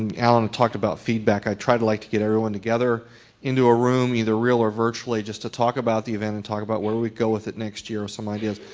and alan talked about feedback, i try to like to get everyone together into a room either real or virtually just to talk about event and talk about where we go with it next year. some ideas.